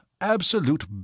absolute